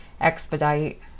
expedite